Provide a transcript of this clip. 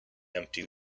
empty